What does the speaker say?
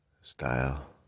style